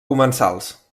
comensals